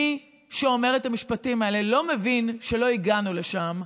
מי שאומר את המשפטים האלה לא מבין שלא הגענו לשם,